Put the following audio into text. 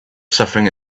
suffering